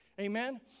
Amen